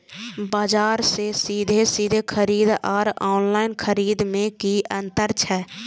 बजार से सीधे सीधे खरीद आर ऑनलाइन खरीद में की अंतर छै?